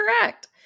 correct